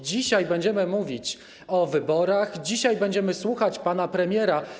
Dzisiaj będziemy mówić o wyborach, dzisiaj będziemy słuchać pana premiera.